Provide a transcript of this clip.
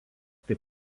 taip